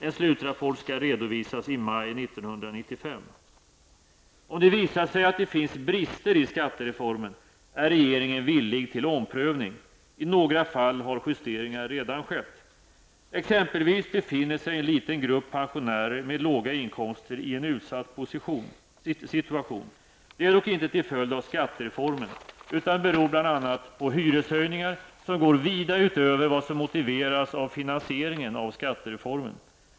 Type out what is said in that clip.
En slutrapport skall redovisas i maj Om det visar sig att det finns brister i skattereformen är regeringen villig till omprövning. I några fall har justeringar redan gjorts. Exempelvis befinner sig en liten grupp pensionärer med låga inkomster i en utsatt situation. Det är dock inte till följd av skattereformen utan beror bl.a. på hyreshöjningar som går vida utöver vad som motiveras av finansieringen av skattereformen.